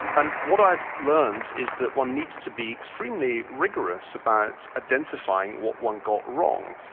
and what i've learnt is that one needs to be extremely rigorous about identifying what one got wrong.